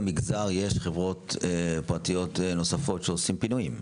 במגזר יש חברות פרטיות נוספות שעושים פינויים.